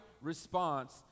response